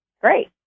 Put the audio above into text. great